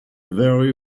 vary